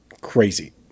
crazy